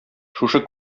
шушы